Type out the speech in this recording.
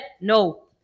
No